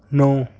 नौ